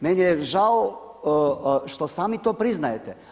Meni je žao što sami to priznajete.